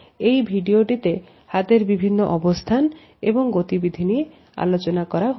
এই ভিডিওটিতে হাতের বিভিন্ন অবস্থান এবং গতিবিধি নিয়ে আলোচনা করা হয়েছে